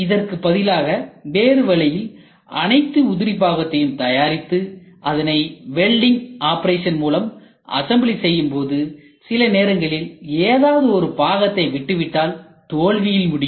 இதற்கு பதிலாக வேறு வழியில் அனைத்து உதிரி பாகத்தையும் தயாரித்து அதனை வெல்டிங் ஆப்பரேஷன் மூலம் அசம்பிளி செய்யும்போது சில நேரங்களில் ஏதாவது ஒரு பாகத்தை விட்டுவிட்டால் தோல்வியில் முடியும்